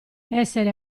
essere